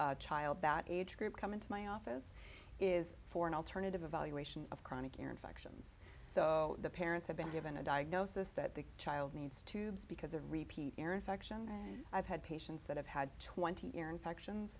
a child that age group come into my office is for an alternative evaluation of chronic infections so the parents have been given a diagnosis that the child needs to be because of repeat ear infections and i've had patients that have had twenty ear infections